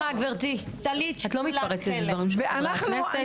בבקשה גבירתי את לא מתפרצת לדברים של חברי הכנסת,